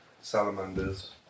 salamanders